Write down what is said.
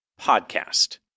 Podcast